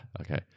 okay